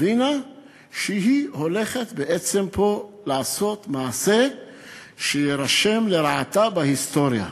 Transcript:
הבינה שהיא הולכת בעצם לעשות פה מעשה שיירשם לרעתה בהיסטוריה.